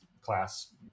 class